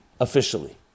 Officially